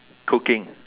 cooking